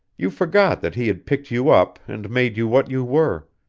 you forgot that he had picked you up and made you what you were,